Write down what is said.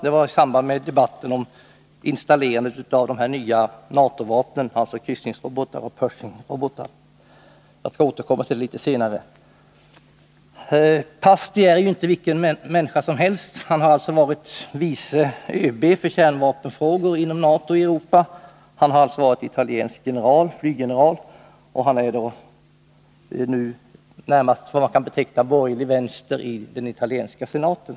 Det var i samband med debatten om installerandet av de nya NATO-vapnen, kryssningsoch Pershingrobotarna — jag skall återkomma till detta litet senare. Pasti är inte vilken människa som helst: Han har varit vice ÖB för kärnvapenfrågor i NATO i Europa, han har varit italiensk flyggeneral och han representerar nu vad man närmast skulle kunna beteckna som en borgerlig vänster inom italienska senaten.